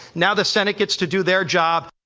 now the senate gets to do their job.